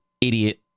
idiot